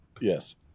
Yes